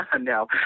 No